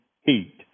heat